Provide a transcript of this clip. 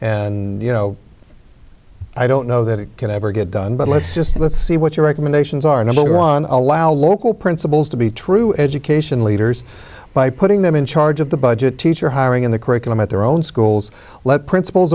and you know i don't know that it can ever get done but let's just let's see what your recommendations are number one allow local principals to be true education leaders by putting them in charge of the budget teacher hiring in the curriculum at their own schools let princip